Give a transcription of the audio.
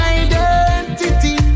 identity